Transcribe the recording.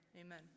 amen